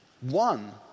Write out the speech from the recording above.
one